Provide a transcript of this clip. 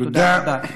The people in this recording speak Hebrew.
תודה רבה.